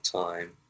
time